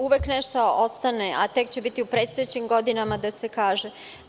Uvek nešto ostane, a tek će biti u predstojećim godinama da se kaže.